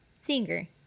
singer